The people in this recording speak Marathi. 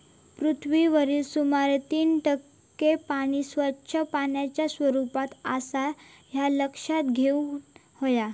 पृथ्वीवरील सुमारे तीन टक्के पाणी स्वच्छ पाण्याच्या स्वरूपात आसा ह्या लक्षात घेऊन हव्या